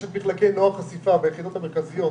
יש את מחלקי נוער חשיפה ביחידות המרכזיות,